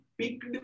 picked